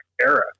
era